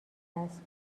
است